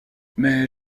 mais